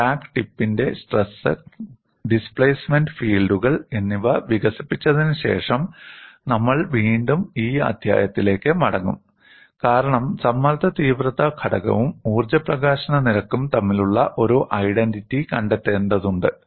crack ടിപ്പിന്റെ stress displacement ഫീൽഡുകൾ എന്നിവ വികസിപ്പിച്ചതിന് ശേഷം നമ്മൾ വീണ്ടും ഈ അധ്യായത്തിലേക്ക് മടങ്ങും കാരണം സമ്മർദ്ദ തീവ്രത ഘടകവും ഊർജ്ജ പ്രകാശന നിരക്കും തമ്മിലുള്ള ഒരു ഐഡന്റിറ്റി കണ്ടെത്തേണ്ടതുണ്ട്